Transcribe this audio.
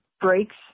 breaks